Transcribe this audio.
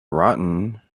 rotten